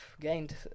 gained